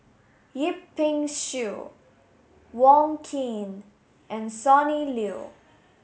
Yip Pin Xiu Wong Keen and Sonny Liew